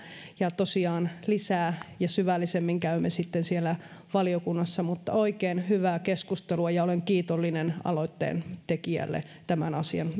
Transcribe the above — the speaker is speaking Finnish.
tosiaan lisää keskustelua ja syvällisemmin käymme sitten siellä valiokunnassa oikein hyvää keskustelua ja olen kiitollinen aloitteen tekijälle tämän asian